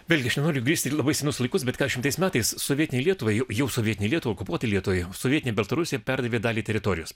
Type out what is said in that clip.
vėlgi aš nenoriu bristi į labai senus laikus bet keturiasdešimtais metais sovietinei lietuvai jau sovietinei lietuvai okupuotai lietuvai sovietinė baltarusija perdavė dalį teritorijos